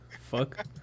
Fuck